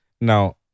now